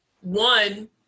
one